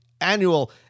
annual